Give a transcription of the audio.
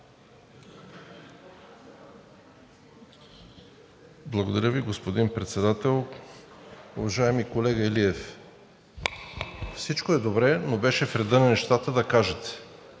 Благодаря Ви, господин Председател. Уважаеми колега Илиев, всичко е добре, но беше в реда на нещата да кажете